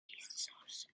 diocese